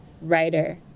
writer